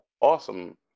awesome